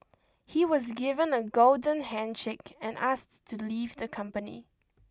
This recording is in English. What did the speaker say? he was given a golden handshake and asked to leave the company